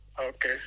Okay